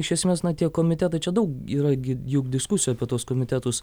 iš esmės na tie komitetai čia daug yra gi juk diskusijų apie tuos komitetus